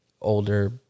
older